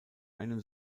einen